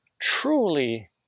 truly